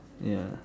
ya